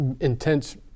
intense